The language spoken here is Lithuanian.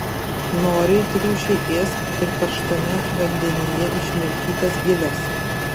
noriai triušiai ės ir karštame vandenyje išmirkytas giles